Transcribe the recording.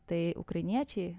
tai ukrainiečiai